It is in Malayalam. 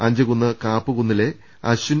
അഞ്ചുകുന്ന് കാപ്പുകുന്നിലെ അശ്വിൻ